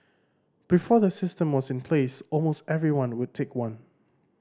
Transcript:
before the system was in place almost everyone would take one